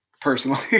personally